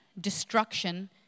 destruction